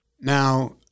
now